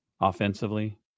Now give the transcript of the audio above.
Offensively